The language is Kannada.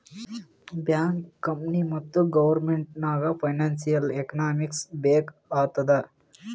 ಬ್ಯಾಂಕ್, ಕಂಪನಿ ಮತ್ತ ಗೌರ್ಮೆಂಟ್ ನಾಗ್ ಫೈನಾನ್ಸಿಯಲ್ ಎಕನಾಮಿಕ್ಸ್ ಬೇಕ್ ಆತ್ತುದ್